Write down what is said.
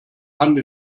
hand